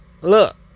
Look